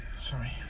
Sorry